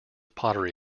pottery